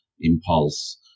impulse